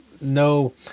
no